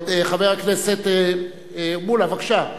חבר הכנסת מולה, בבקשה.